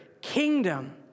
kingdom